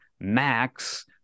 Max